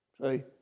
See